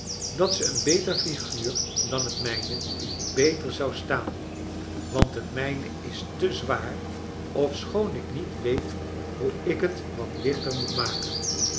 dat ze een beter figuur dan het mijne beter zou staan want het mijne is te zwaar ofschoon ik niet weet hoe ik het wat lichter moet maken